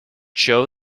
show